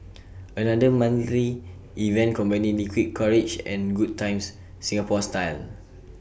another monthly event combining liquid courage and good times Singapore style